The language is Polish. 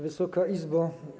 Wysoka Izbo!